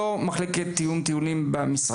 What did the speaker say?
לא הוא שמחליט על תיאום הטיול במשרד,